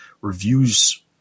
reviews